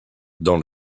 dans